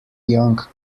young